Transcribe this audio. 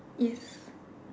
yes